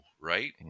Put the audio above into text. right